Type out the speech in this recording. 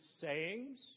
sayings